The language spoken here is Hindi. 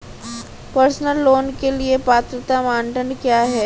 पर्सनल लोंन के लिए पात्रता मानदंड क्या हैं?